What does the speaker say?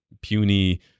puny